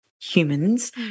humans